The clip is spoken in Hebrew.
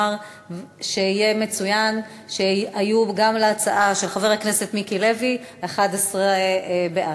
שיהיה מצוין שהיו גם להצעה של חבר הכנסת מיקי לוי 11 בעד.